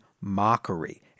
mockery